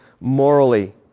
morally